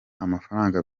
amafaranga